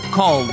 Call